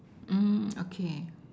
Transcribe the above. um okay